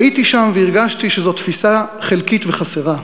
הייתי שם והרגשתי שזאת תפיסה חלקית וחסרה.